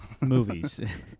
Movies